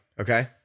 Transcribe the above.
okay